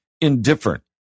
Indifferent